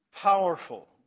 powerful